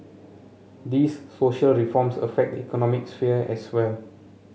these social reforms affect the economic sphere as well